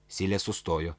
silė sustojo